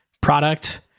product